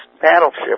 battleship